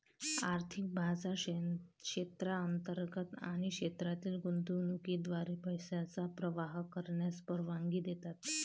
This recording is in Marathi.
आर्थिक बाजार क्षेत्रांतर्गत आणि क्षेत्रातील गुंतवणुकीद्वारे पैशांचा प्रवाह करण्यास परवानगी देतात